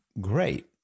great